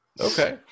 Okay